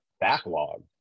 backlog